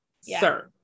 sir